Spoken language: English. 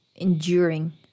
enduring